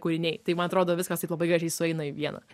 kūriniai tai man atrodo viskas taip labai gražiai sueina į vieną